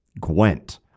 Gwent